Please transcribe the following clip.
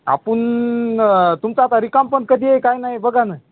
आपण तुमचं आता रिकामपण कधी आहे काय नाही बघा ना